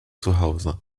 zuhause